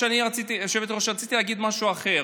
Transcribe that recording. אני רציתי להגיד משהו אחר,